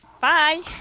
Bye